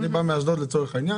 אני בא מאשדוד, לצורך העניין.